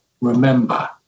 remember